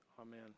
Amen